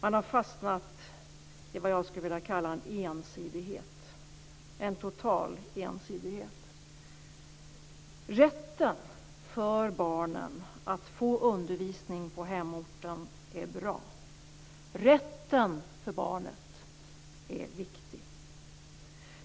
Man har fastnat i vad jag skulle vilja kalla en ensidighet, en total ensidighet. Rätten för barnen att få undervisning på hemorten är bra. Rätten för barnet är viktig.